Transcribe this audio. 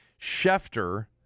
Schefter